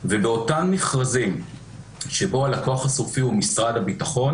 ובאותם מכרזים שבהם הלקוח הסופי הוא משרד הביטחון